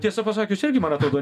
tiesa pasakius irgi man atrodo